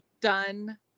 done